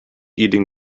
eating